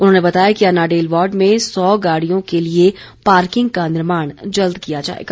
उन्होंने बताया कि अनाडेल वार्ड में सौ गाड़ियों के लिए पार्किंग का निर्माण जल्द किया जाएगा